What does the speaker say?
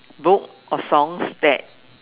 book or songs that